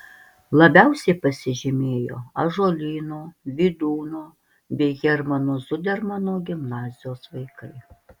labiausiai pasižymėjo ąžuolyno vydūno bei hermano zudermano gimnazijos vaikai